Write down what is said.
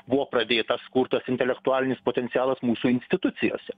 buvo pradėtas kurtas intelektualinis potencialas mūsų institucijose